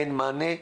אין מענה?